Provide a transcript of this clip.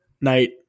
night